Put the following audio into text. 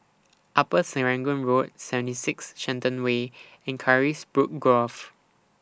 Upper Serangoon Road seventy six Shenton Way and Carisbrooke Grove